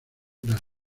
las